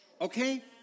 okay